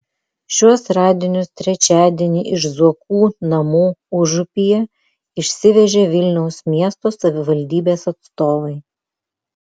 šiuos radinius trečiadienį iš zuokų namų užupyje išsivežė vilniaus miesto savivaldybės atstovai